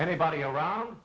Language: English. anybody around